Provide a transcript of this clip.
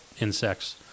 insects